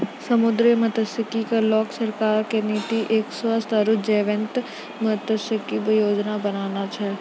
समुद्री मत्सयिकी क लैकॅ सरकार के नीति एक स्वस्थ आरो जीवंत मत्सयिकी योजना बनाना छै